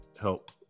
help